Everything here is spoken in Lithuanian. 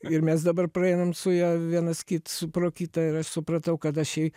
ir mes dabar praeinam su ja vienas kits pro kitą ir aš supratau kad aš jai